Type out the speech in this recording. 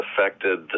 affected